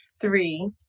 three